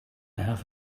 have